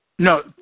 No